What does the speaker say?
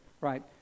right